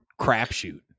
crapshoot